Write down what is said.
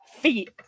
feet